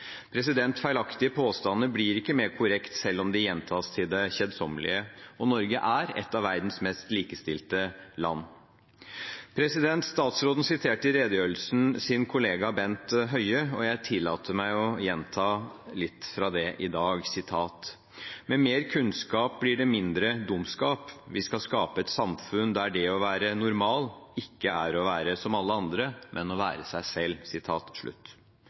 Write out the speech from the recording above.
Feilaktige påstander blir ikke mer korrekt selv om de gjentas til det kjedsommelige, og Norge er et av verdens mest likestilte land. Statsråden refererte i redegjørelsen til sin kollega Bent Høie, og jeg tillater meg å gjenta litt fra det i dag: «Med mer kunnskap blir det mindre dumskap. Vi skal skape et samfunn der det å være normal ikke er å være som alle andre, men å være seg selv.»